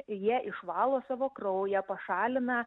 jie išvalo savo kraują pašalina